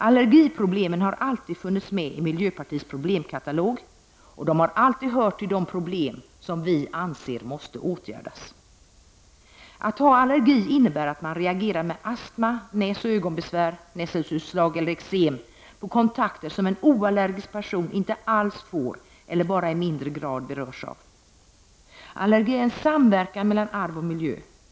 Allergiproblemen har alltid funnits med i miljöpartiets problemkatalog, och de har alltid hört till de problem som vi anser måste åtgärdas. Att ha allergi innebär att man reagerar med astma, näsoch ögonbesvär, nässelutslag eller eksem på kontakter som en ickeallergisk person inte alls får eller bara i ringare grad berörs av. Allergi är en samverkan mellan arv och miljö.